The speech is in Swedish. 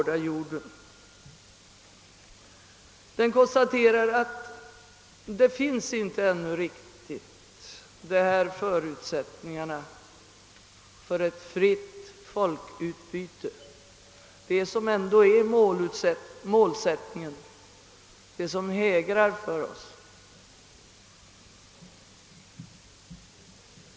Det konstateras i utskottsutlåtandet att förutsättningarna för ett fritt folkutbyte, som ändå är det hägrande målet för oss, ännu inte föreligger.